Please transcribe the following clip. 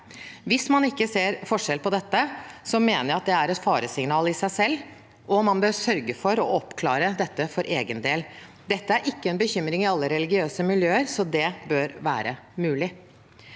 Hvis man ikke ser forskjell på dette, mener jeg at det er et faresignal i seg selv, og man bør sørge for å oppklare det for egen del. Dette er ikke en bekymring i alle religiøse miljøer, så det bør være mulig.